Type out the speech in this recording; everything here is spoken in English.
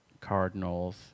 cardinals